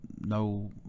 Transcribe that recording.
no